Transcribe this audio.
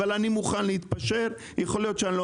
אבל אני מוכן להתפשר כי יכול להיות שאני לא